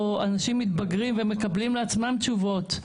או אנשים מתבגרים ומקבלים לעצמם תשובות.